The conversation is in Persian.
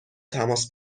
تماس